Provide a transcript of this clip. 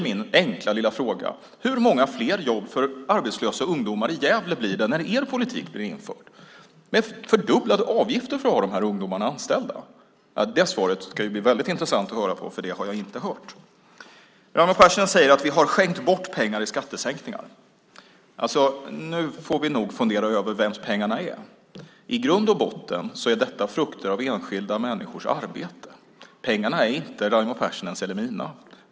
Min enkla lilla fråga blir då: Hur många fler jobb för arbetslösa ungdomar i Gävle blir det när er politik med fördubblade avgifter för att ha dessa ungdomar anställda blir införd? Det svaret ska bli mycket intressant att höra, för det har jag inte hört. Raimo Pärssinen säger att vi har skänkt bort pengar i skattesänkningarna. Nu bör vi nog fundera över vems pengarna är. I grund och botten är detta frukter av enskilda människors arbete. Pengarna är inte Raimo Pärssinens eller mina.